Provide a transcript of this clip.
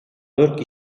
dört